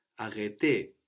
arrêter